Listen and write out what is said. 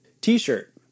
t-shirt